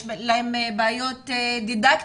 בעיות דידקטיות,